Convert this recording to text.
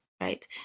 right